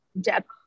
depth